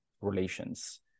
relations